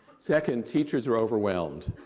second, teachers are overwhelmed.